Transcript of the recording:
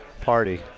party